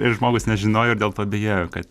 ir žmogus nežinojo ir dėl to bijojo kad